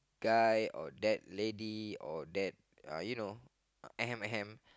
guy or that lady or that you know ahem ahem